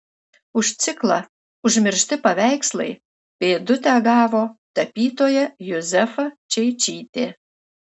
už ciklą užmiršti paveikslai pėdutę gavo tapytoja juzefa čeičytė